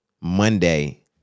Monday